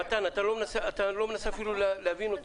אתה לא מנסה אפילו להבין אותי.